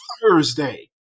Thursday